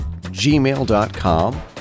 gmail.com